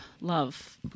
love